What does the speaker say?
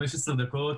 15 דקות,